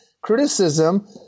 criticism